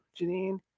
Janine